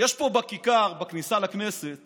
יש פה בכיכר בכניסה לכנסת